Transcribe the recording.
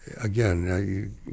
Again